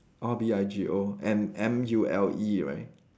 orh B I G O M M U L E right